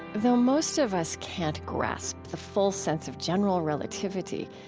though most of us can't grasp the full sense of general relativity,